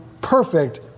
perfect